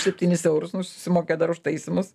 septynis eurus nu ir susimokėt dar už taisymus